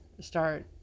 start